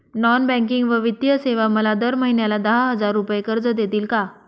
Non banking व वित्तीय सेवा मला दर महिन्याला दहा हजार रुपये कर्ज देतील का?